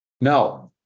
now